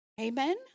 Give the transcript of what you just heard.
Amen